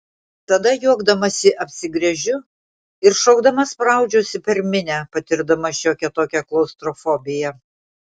tada juokdamasi apsigręžiu ir šokdama spraudžiuosi per minią patirdama šiokią tokią klaustrofobiją